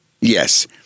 Yes